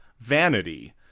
vanity